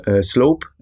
slope